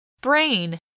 brain